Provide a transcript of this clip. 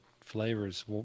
flavors